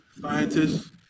scientists